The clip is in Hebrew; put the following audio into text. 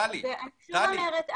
טלי --- אני שוב אומרת,